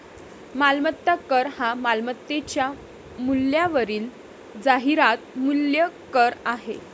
मालमत्ता कर हा मालमत्तेच्या मूल्यावरील जाहिरात मूल्य कर आहे